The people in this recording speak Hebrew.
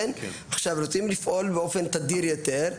עכשיו רוצים לפעול באופן תדיר יותר.